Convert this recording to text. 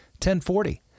1040